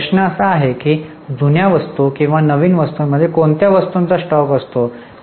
आता प्रश्न असा आहे की जुन्या वस्तू किंवा नवीन वस्तूंमध्ये कोणत्या वस्तूंचा स्टॉक असतो